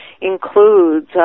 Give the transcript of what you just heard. includes